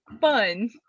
fun